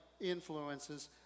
influences